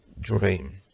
dream